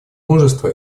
мужество